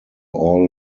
all